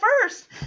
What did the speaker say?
first